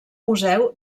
museu